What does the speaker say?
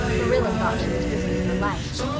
marilla thought she was risking her life.